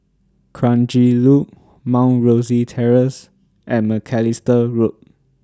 Kranji Loop Mount Rosie Terrace and Macalister Road